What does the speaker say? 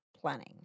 planning